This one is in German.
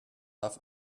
darf